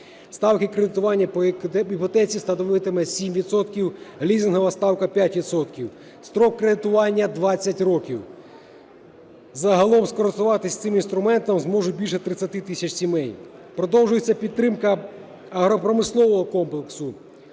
Ставки кредитування по іпотеці становитиме 7 відсотків, лізингова ставка – 5 відсотків. Строк кредитування – 20 років. Загалом скористуватись цим інструментом зможуть більше 30 тисяч сімей. Продовжується підтримка агропромислового комплексу